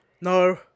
No